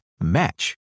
match